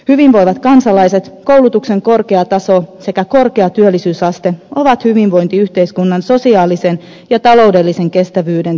hyvinvoivat kansalaiset koulutuksen korkea taso sekä korkea työllisyysaste ovat hyvinvointiyhteiskunnan sosiaalisen ja ta loudellisen kestävyyden perusedellytyksiä